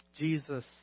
Jesus